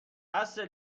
بسه